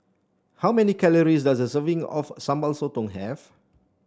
how many calories does a serving of Sambal Sotong have